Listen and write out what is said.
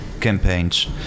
campaigns